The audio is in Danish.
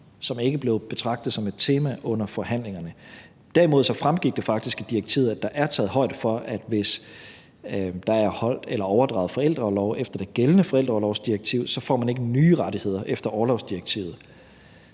som ikke blev betragtet som et tema under forhandlingerne. Derimod fremgik det faktisk af direktivet, at der er taget højde for, at hvis der er overdraget forældreorlov efter det gældende forældreorlovsdirektiv, så får man ikke nye rettigheder efter orlovsdirektivet.